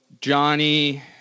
Johnny